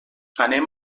anem